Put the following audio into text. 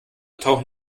tauchen